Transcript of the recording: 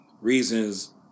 reasons